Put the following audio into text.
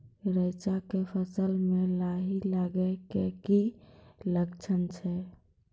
रैचा के फसल मे लाही लगे के की लक्छण छै?